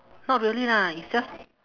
not really lah it's just